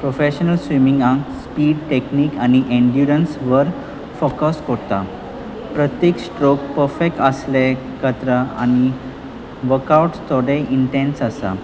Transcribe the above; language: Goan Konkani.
प्रोफेशनल स्विमींगाक स्पीड टॅक्नीक आनी एंड्युरन्स वर फोकस करता प्रत्येक स्ट्रोक पफेक्ट आसले खातीर आनी वर्कआवट्स थोडेय इंटेन्स आसा